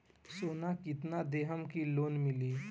सोना कितना देहम की लोन मिली?